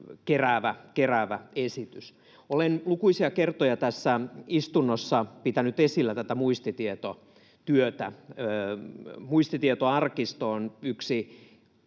keräävä esitys. Olen lukuisia kertoja tässä istunnossa pitänyt esillä tätä muistitietotyötä. Muistitietoarkisto on